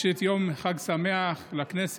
ראשית, יום חג שמח לכנסת,